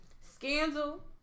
Scandal